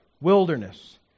wilderness